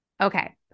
Okay